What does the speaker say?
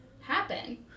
happen